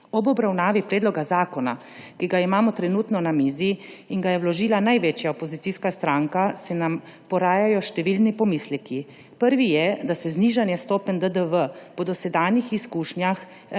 Ob obravnavi predloga zakona, ki ga imamo trenutno na mizi in ga je vložila največja opozicijska stranka, se nam porajajo številni pomisleki. Prvi je, da se znižanje stopenj DDV po dosedanjih izkušnjah